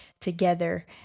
together